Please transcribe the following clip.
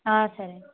సరే అండి